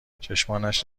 چشمانش